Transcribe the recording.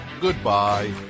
Goodbye